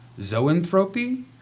zoanthropy